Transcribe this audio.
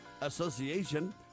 Association